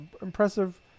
impressive